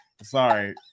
sorry